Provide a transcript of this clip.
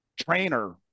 trainer